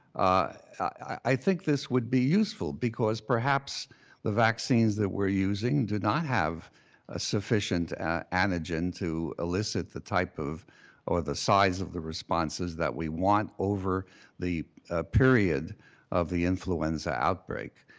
i think this would be useful because perhaps the vaccines that we're using do not have a sufficient antigen to elicit the type or the size of the responses that we want over the period of the influenza outbreak.